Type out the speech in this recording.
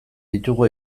ditugu